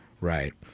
right